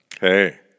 hey